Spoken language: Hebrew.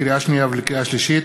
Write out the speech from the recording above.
לקריאה שנייה ולקריאה שלישית,